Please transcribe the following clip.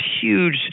huge